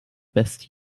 best